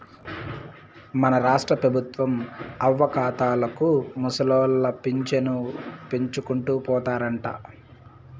మన రాష్ట్రపెబుత్వం అవ్వాతాతలకు ముసలోళ్ల పింఛను పెంచుకుంటూ పోతారంట